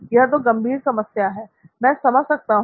यह तो गंभीर समस्या है मैं समझ सकता हूं